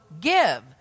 give